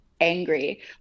angry